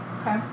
okay